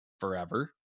forever